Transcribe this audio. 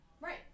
Right